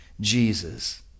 Jesus